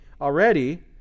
already